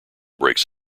breaks